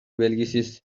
белгисиз